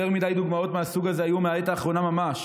יותר מדי דוגמאות מהסוג הזה היו מהעת האחרונה ממש,